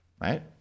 right